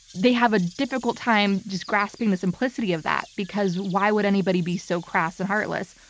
they have a difficult time just grasping the simplicity of that, because why would anybody be so crass and heartless?